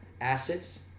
assets